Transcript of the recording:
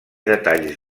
detalls